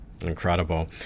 Incredible